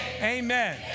amen